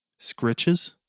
scritches